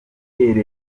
ndirimbo